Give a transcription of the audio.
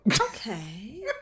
Okay